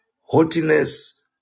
haughtiness